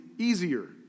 Easier